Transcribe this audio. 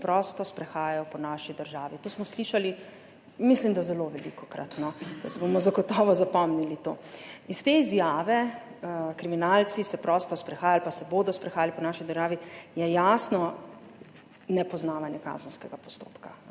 se prosto sprehajajo po naši državi. To smo slišali, mislim, da zelo velikokrat. To si bomo zagotovo zapomnili. Iz te izjave, da se kriminalci prosto sprehajajo ali pa se bodo sprehajali po naši državi, je jasno nepoznavanje kazenskega postopka.